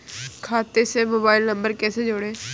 खाते से mobile number कैसे जोड़ें?